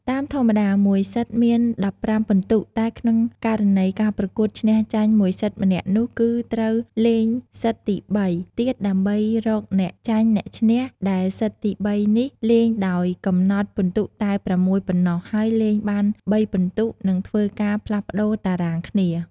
តាមធម្មតាមួយសិតមាន ១៥ពិន្ទុតែក្នុងករណីការប្រកួតឈ្នះ-ចាញ់មួយសិតម្នាក់នោះគឺត្រូវ លេងសិតទី ៣ ទៀតដើម្បីរកអ្នកចាញ់អ្នកឈ្នះដែលសិតទី ៣ នេះលេងដោយកំណត់ពិន្ទុតែ៦ ប៉ុណ្ណោះហើយលេងបាន ៣ ពិន្ទុនឹងធ្វើការផ្លាស់ប្ដូរតារាងគ្នា ។